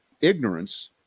ignorance